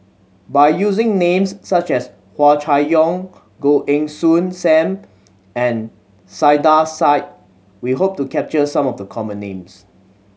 by using names such as Hua Chai Yong Goh Heng Soon Sam and Saiedah Said we hope to capture some of the common names